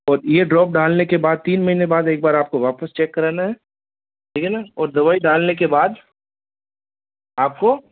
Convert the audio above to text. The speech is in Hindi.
और ये ड्रॉप डालने के बाद तीन महीने बाद एक बार आप को वापस चेक करना है ठीक है ना और दवाई डालने के बाद आप को